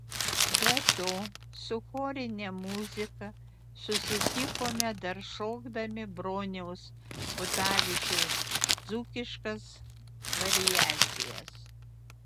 be to su chorine muzika susitikome dar šokdami broniaus kutavičiaus dzūkiškas variacijas